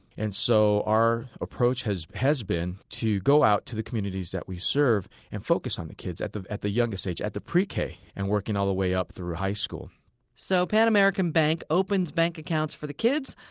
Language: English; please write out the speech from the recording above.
and so our approach has has been to go out to the communities that we serve and focus on the kids at the at the youngest age, at the pre-k and working all the way up through high school so pan american bank opens bank accounts for the kids.